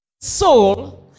Soul